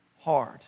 hard